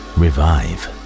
revive